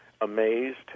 amazed